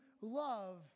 love